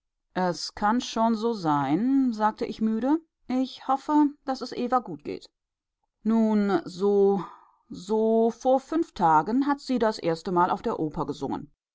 es kann schon so sein sagte ich müde ich hoffe daß es eva gut geht nun so so vor fünf tagen hat sie das erstemal auf der oper gesungen